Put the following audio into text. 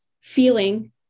feeling